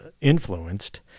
influenced